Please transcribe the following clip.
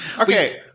Okay